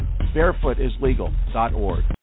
Barefootislegal.org